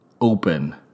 open